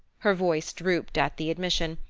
her voice drooped at the admission,